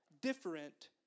different